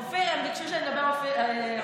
אופיר, הם ביקשו שאני אדבר 40 דקות.